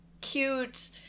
cute